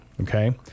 okay